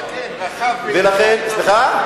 סליחה?